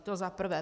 To za prvé.